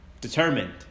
determined